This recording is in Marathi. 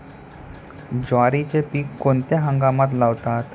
ज्वारीचे पीक कोणत्या हंगामात लावतात?